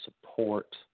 support